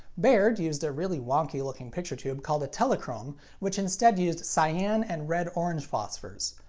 baird used a really wonky looking picture tube called a telechrome which instead used cyan and red-orange phosphors.